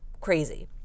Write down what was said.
crazy